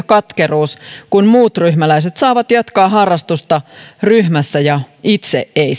katkeruus kun muut ryhmäläiset saavat jatkaa harrastusta ryhmässä ja itse ei